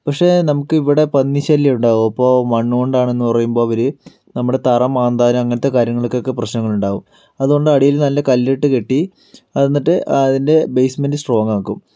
പക്ഷേ നമുക്ക് ഇവിടെ പന്നി ശല്യം ഉണ്ടാവും അപ്പോൾ മണ്ണ് കൊണ്ടാണെന്ന് പറയുമ്പോൾ അവര് നമ്മുടെ തറമാന്താനും അങ്ങനത്തെ കാര്യങ്ങൾക്കോക്കെ പ്രശ്നങ്ങൾ ഇണ്ടാവും അതുകൊണ്ട് അടിയിൽ നല്ല കല്ലിട്ട് കെട്ടി എന്നിട്ട് അതിൻറെ ബേസ്മെൻറ് സ്ട്രോങ്ങ് ആക്കും